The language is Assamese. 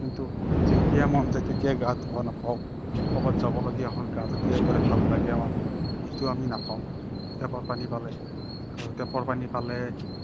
কিন্তু যেতিয়া মন যায় তেতিয়া গা ধুব নাপাওঁ ক'ৰবাত যাবলগীয়া হ'ল গাটো তিয়াই গ'লে ভাল লাগে আমাৰ সেইটো আমি নাপাম টেপৰ পানী পালে আৰু টেপৰ পানী পালে